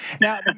Now